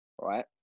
right